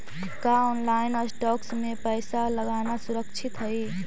का online stocks में पैसा लगाना सुरक्षित हई